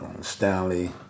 Stanley